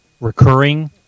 Recurring